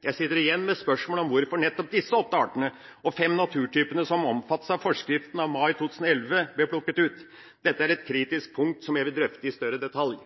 Jeg sitter igjen med spørsmålet om hvorfor nettopp disse åtte artene og fem naturtypene som omfattes av forskriften av mai 2011, ble plukket ut. Dette er et kritisk punkt som jeg vil drøfte i større detalj.